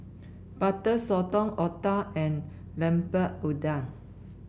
Butter Sotong Otah and Lemper Udang